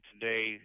today